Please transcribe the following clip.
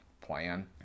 plan